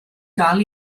dal